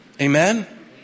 Amen